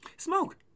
Smoke